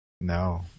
No